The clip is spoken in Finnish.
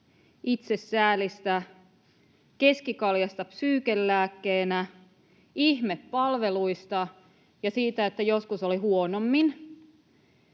itsesäälistä, keskikaljasta psyykenlääkkeenä, ihme palveluista ja siitä, että joskus oli huonommin.